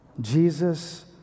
Jesus